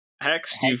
Hex